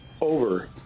over